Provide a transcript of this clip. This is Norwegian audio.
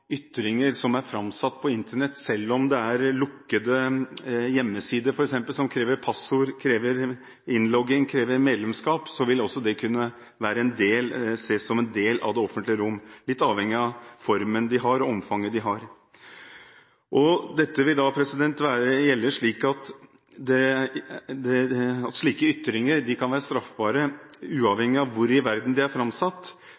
ytringer som er framsatt på Internett – selv om det er på lukkede hjemmesider som krever passord, innlogging og medlemskap – kunne ses på som en del av det offentlige rom, litt avhengig av form og omfang. Slike ytringer kan da være straffbare